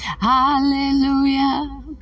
Hallelujah